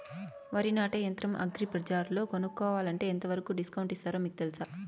వరి నాటే యంత్రం అగ్రి బజార్లో కొనుక్కోవాలంటే ఎంతవరకు డిస్కౌంట్ ఇస్తారు మీకు తెలుసా?